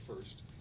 first